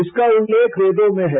इसका उल्लेख वेदों में है